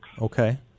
Okay